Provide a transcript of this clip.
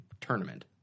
tournament